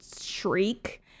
shriek